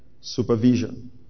supervision